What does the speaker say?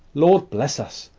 lord bless us!